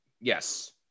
Yes